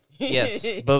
Yes